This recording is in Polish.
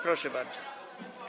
Proszę bardzo.